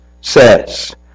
says